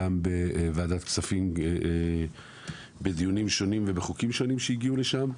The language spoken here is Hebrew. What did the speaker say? גם בוועדת כספים בדיונים שונים ובחוקים שונים שהגיעו לשם,